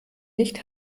nicht